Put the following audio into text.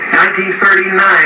1939